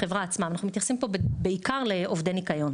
אנחנו מתייחסים פה בעיקר לעובדי ניקיון.